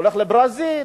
נוסע לברזיל,